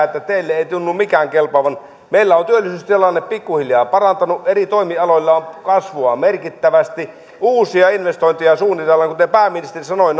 että teille ei tunnu mikään kelpaavan meillä on työllisyystilanne pikkuhiljaa parantunut eri toimialoilla on kasvua merkittävästi uusia investointeja suunnitellaan kuten pääministeri sanoi